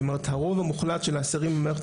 זאת אומרת שהרוב המוחלט של האסירים במערכת